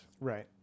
right